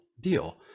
deal